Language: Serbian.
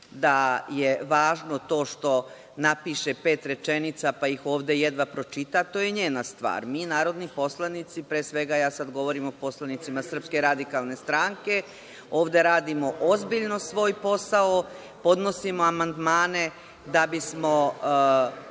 da je važno to što napiše pet rečenica pa ih ovde jedva pročita, to je njena stvar. Mi narodni poslanici, pre svega ja sada govorim o poslanicima SRS, ovde radimo ozbiljno svoj posao, podnosimo amandmane, da bismo